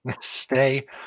Stay